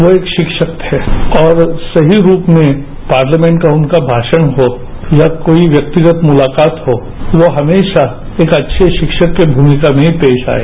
वो एक शिक्षक थे और सही रूप में पार्लियामेंट में उनका भाषण हो या कोई व्यक्तिगत मुलाकात हो वो हमेशा एक अच्छें शिक्षक की भूमिका में पेश आए